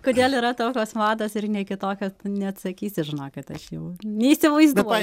kodėl yra tokios mados ir ne kitokio neatsakysiu žinokit aš jau neįsivaizduoju